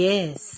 Yes